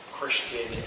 Christian